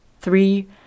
Three